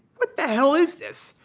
what the hell is this?